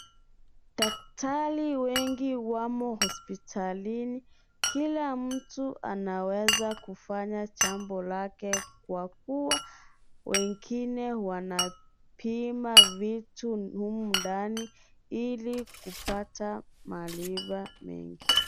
Daktari wengi wamo hospitalini kila mtu anaweza kufanya Jambo lake Kwa kuwa wengine wanapima vitu humu ndani ili kupata maarifa mengi.